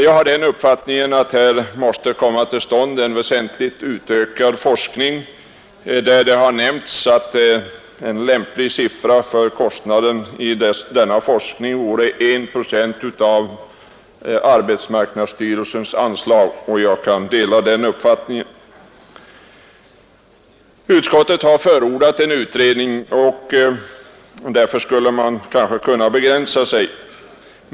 Jag har den uppfattningen att forskningen måste utökas väsentligt. Det har nämnts att en lämplig summa för denna forskning vore 1 procent av arbetsmarknadsstyrelsens anslag, och jag kan ansluta mig till den meningen. Utskottet har förordat en utredning, och därför skulle vi kanske här kunna begränsa oss.